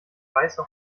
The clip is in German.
weiße